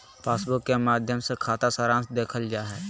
passbook के माध्मय से खाता सारांश देखल जा हय